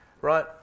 Right